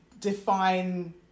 define